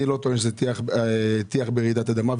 אני לא טוען שזה טיח ברעידת אדמה,